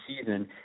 season –